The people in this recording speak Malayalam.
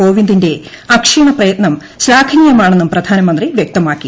കോവിന്ദിന്റെ അക്ഷീണ പ്രയത്നം ശ്ശാഖനീയമാണെന്നും പ്രധാനമന്ത്രി വൃക്തമാക്കി